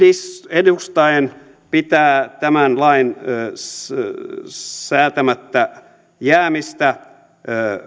edustaen pitää tämän lain säätämättä jäämistä